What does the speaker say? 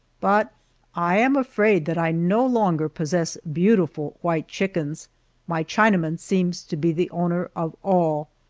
but i am afraid that i no longer possess beautiful white chickens my chinaman seems to be the owner of all,